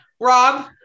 Rob